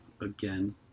Again